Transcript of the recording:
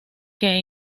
que